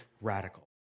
radical